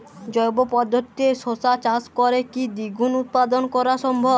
জৈব পদ্ধতিতে শশা চাষ করে কি দ্বিগুণ উৎপাদন করা সম্ভব?